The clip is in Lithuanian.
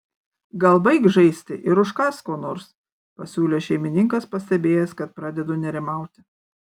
gal baik žaisti ir užkąsk ko nors pasiūlė šeimininkas pastebėjęs kad pradedu nerimauti